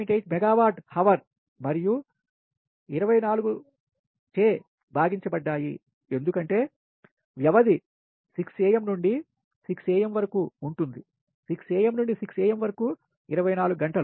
8 megawatt hour మరియు 24 ద్వారా భాగించబడ్డాయి ఎందుకంటే వ్యవధి 6am నుండి 6am వరకు ఉంటుంది 6 am నుండి 6 am వరకు 24 గంటలు